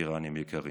וטרנים יקרים.